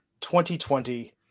2020